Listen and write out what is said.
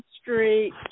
Street